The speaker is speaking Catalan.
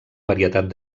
varietat